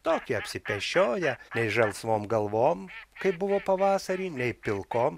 tokie apsipešioję nei žalsvom galvom kaip buvo pavasarį nei pilkom